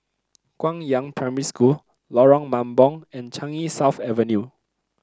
Guangyang Primary School Lorong Mambong and Changi South Avenue